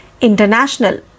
international